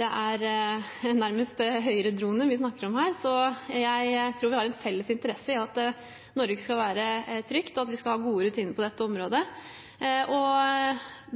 det er nærmest Høyre-droner vi snakker om her. Jeg tror vi har en felles interesse i at Norge skal være trygt, og at vi skal ha gode rutiner på dette området.